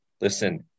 listen